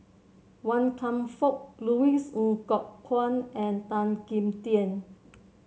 Wan Kam Fook Louis Ng Kok Kwang and Tan Kim Tian